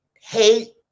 hate